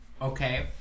okay